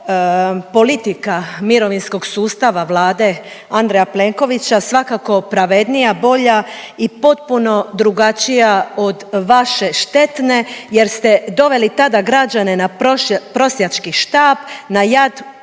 politika mirovinskog sustava vlade Andreja Plenkovića svakako pravednija, bolja i potpuno drugačija od vaše štetne jer ste doveli tada građane na prosjački štap, na jad